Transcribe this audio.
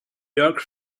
york